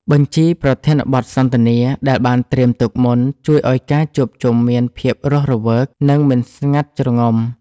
បញ្ជីប្រធានបទសន្ទនា ដែលបានត្រៀមទុកមុន ជួយឱ្យការជួបជុំមានភាពរស់រវើក និងមិនស្ងាត់ជ្រងំ។